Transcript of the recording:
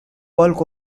bulk